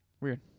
Weird